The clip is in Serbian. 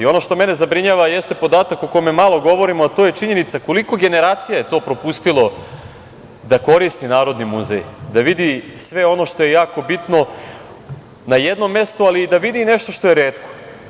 Ono što mene zabrinjava jeste podatak o kome malo govorimo, a to je činjenica koliko generacija je to propustilo da koristi Narodni muzej, da vidi sve ono što je jako bitno na jednom mestu, ali i da vidi nešto što je retko.